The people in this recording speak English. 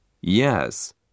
Yes